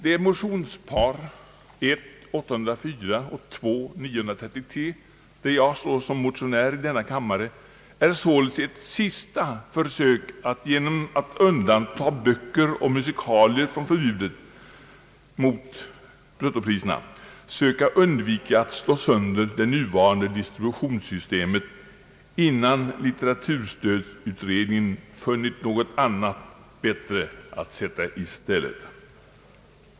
Det motionspar I: 804 och II: 933, där jag står som motionär i denna kammare, är således ett sista försök att genom att föreslå undantagande av böcker och musikalier från förbudet mot bruttopriser söka undvika att slå sönder det nuvarande distributionssystemet, innan litteraturstödsutredningen funnit något annat och bättre att sätta i stället.